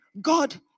God